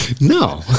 no